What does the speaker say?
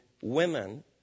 women